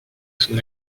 son